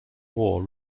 war